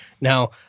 Now